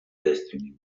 destiny